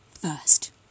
first